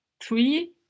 three